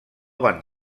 van